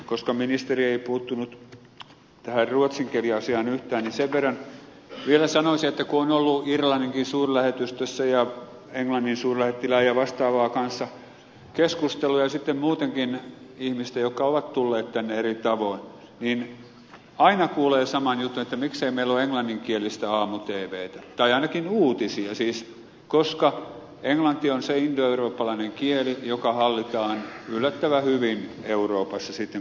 koska ministeri ei puuttunut tähän ruotsin kieli asiaan yhtään niin sen verran vielä sanoisin että kun on ollut irlanninkin suurlähetystössä ja englannin suurlähettilään ja vastaavien kanssa keskusteluja ja sitten muutenkin ihmisten jotka ovat tulleet tänne eri tavoin niin aina kuulee saman jutun että miksei meillä ole englanninkielistä aamu tvtä tai ainakin uutisia siis koska englanti on se indoeurooppalainen kieli joka hallitaan yllättävän hyvin euroopassa sitten kun jotain hallitaan